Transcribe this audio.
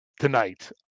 tonight